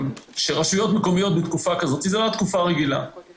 שזו תקופה לא רגילה עבור הרשויות המקומיות.